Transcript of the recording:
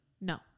no